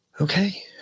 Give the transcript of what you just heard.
Okay